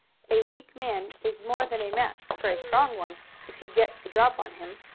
a weak man is more than a match for a strong one if he gets the drop on him.